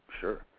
sure